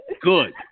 Good